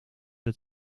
het